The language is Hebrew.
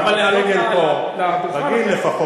אבל לעלות לדוכן, מגיע.